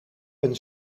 een